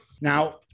Now